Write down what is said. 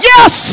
Yes